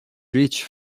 ریچ